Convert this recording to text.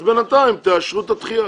אז בינתיים תאשרו את הדחייה.